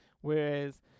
Whereas